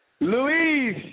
Louise